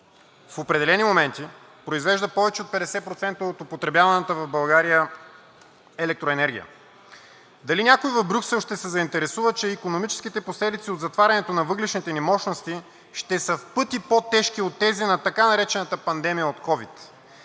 в определени моменти произвежда повече от 50% от употребяваната в България електроенергия. Дали някой в Брюксел ще се заинтересува, че икономическите последици от затварянето на въглищните ни мощности ще са в пъти по-тежки от тези на така наречената пандемия от ковид.